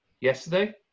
yesterday